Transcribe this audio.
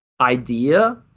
idea